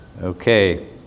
Okay